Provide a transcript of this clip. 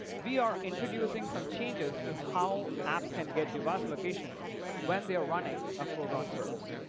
we are introducing some changes to how apps can get device location when they are running a foreground service.